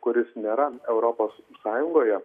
kuris nėra europos sąjungoje